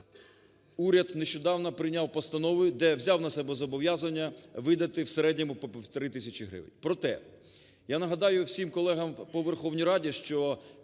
уряд нещодавно прийняв постанову, де взяв на себе зобов'язання видати в середньому по півтори тисячі гривень. Проте я нагадаю всім колегам по Верховній Раді, що